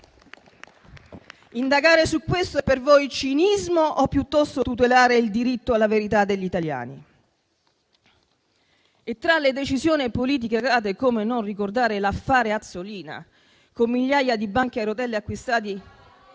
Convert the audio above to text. Indagare su questo è per voi cinismo o piuttosto tutelare il diritto alla verità degli italiani? Tra le decisioni politiche errate, come non ricordare l'affare Azzolina, con migliaia di banchi a rotelle acquistati